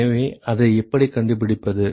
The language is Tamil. எனவே அதை எப்படி கண்டுபிடிப்பது